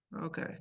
Okay